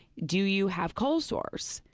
do you have cold sores?